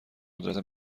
قدرت